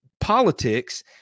politics